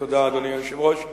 תודה, אדוני היושב-ראש.